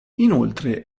inoltre